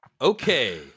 Okay